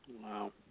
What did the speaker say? Wow